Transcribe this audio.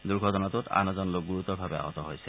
দুৰ্ঘটনাটোত আন এজন লোক গুৰুতৰভাৱে আহত হৈছে